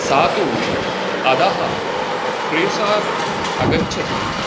सा तु अधः प्रेशर् आगच्छति